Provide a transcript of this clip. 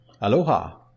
Aloha